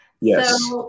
Yes